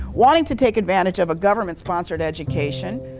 wanting to take advantage of a government sponsored education.